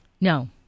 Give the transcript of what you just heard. No